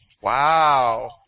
Wow